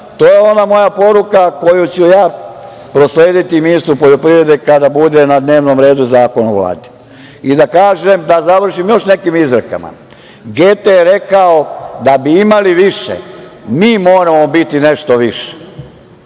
To je ona moja poruka koju ću proslediti ministru poljoprivrede kada bude na dnevnom redu zakon o Vladi. Da kažem, da završim još nekim izrekama. Gete je rekao – da bi imali više mi moramo biti nešto više.